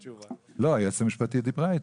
היועצת המשפטית דיברה איתם.